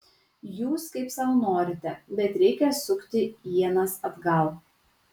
jūs kaip sau norite bet reikia sukti ienas atgal